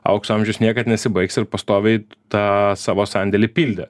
aukso amžius niekad nesibaigs ir pastoviai tą savo sandėlį pildė